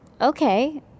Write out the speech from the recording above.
Okay